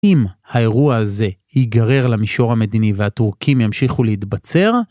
אם האירוע הזה יגרר למישור המדיני והטורקים ימשיכו להתבצר,